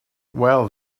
well